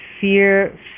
Fear